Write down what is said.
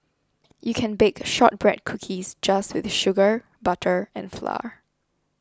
you can bake Shortbread Cookies just with sugar butter and flour